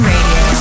Radio